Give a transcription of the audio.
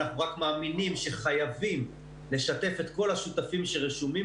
אנחנו רק מאמינים שחייבים לשתף את כל השותפים שרשומים